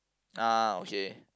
ah okay